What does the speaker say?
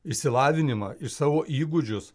išsilavinimą ir savo įgūdžius